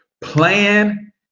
plan